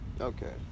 Okay